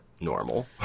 normal